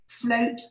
float